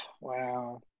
Wow